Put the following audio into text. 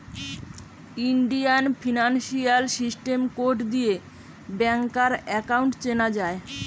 Indian financial system code দিয়ে ব্যাংকার account চেনা যায়